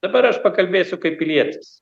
dabar aš pakalbėsiu kaip pilietis